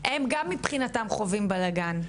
הם גם מבחינתם חווים בלגן.